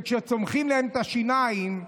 וכשצומחות להם השיניים,